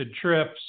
trips